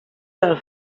del